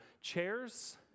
chairs